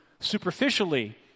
superficially